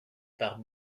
par